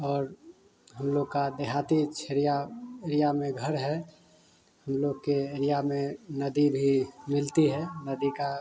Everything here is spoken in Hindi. और हम लोग का देहाती छेड़िया कोडिया में घर है हम लोग के एरिया में नदी भी मिलती है नदी का